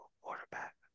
quarterback